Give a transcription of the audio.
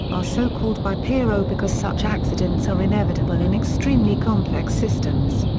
are so-called by perrow because such accidents are inevitable in extremely complex systems.